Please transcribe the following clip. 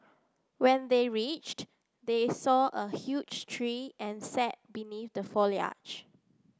when they reached they saw a huge tree and sat beneath the foliage